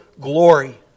glory